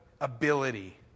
ability